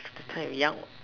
that time you young what